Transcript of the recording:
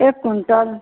एक कुंटल